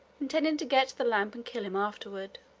intending to get the lamp and kill him afterward.